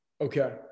Okay